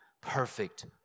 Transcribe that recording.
perfect